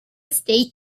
state